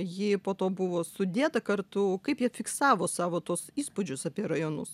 ji po to buvo sudėta kartu kaip jie fiksavo savo tuos įspūdžius apie rajonus